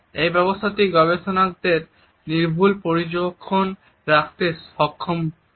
এই ব্যবস্থাটি গবেষকদেরকে নির্ভুল পর্যবেক্ষণ রাখতে সক্ষম করে